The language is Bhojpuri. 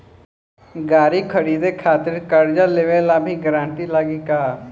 गाड़ी खरीदे खातिर कर्जा लेवे ला भी गारंटी लागी का?